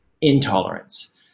intolerance